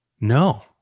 No